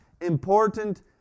important